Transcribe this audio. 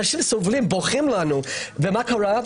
אנשים סובלים, בוכים לנו, ומה קרה?